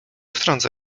wtrąca